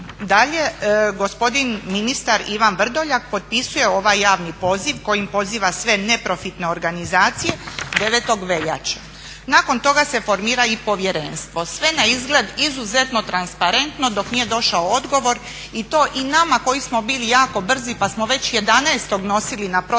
itd. gospodin ministar Ivan Vrdoljak potpisuje ovaj javni poziv kojim poziva sve neprofitne organizacije 9. veljače. Nakon toga se formira i povjerenstvo, sve na izgled izuzetno transparentno dok nije došao odgovor i to i nama koji smo bili jako brzi pa smo već 11. nosili na protokol